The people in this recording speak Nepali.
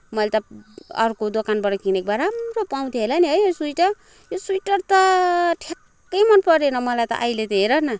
मैले त अर्को दोकानबाट किनेको भए राम्रो पाउँथे होला नि है यो स्वेटर यो स्वेटर त ठ्याक्कै मन परेन मलाई त अहिले त हेर न